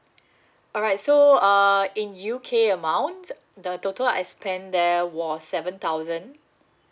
alright so uh in U_K amount uh the total I spent there was seven thousand